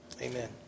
amen